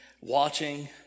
watching